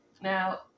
Now